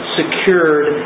secured